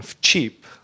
Cheap